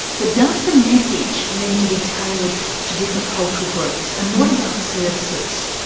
but does the message need to be tailored to different cultural groups and what about services?